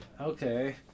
Okay